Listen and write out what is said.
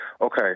Okay